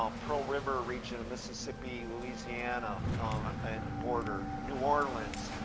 ah pearl river region of mississippi, louisiana and border, new orleans,